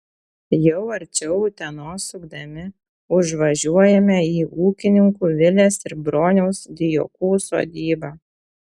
jau arčiau utenos sukdami užvažiuojame į ūkininkų vilės ir broniaus dijokų sodybą